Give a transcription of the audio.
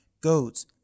goats